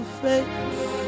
face